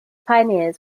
pioneers